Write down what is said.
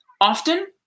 Often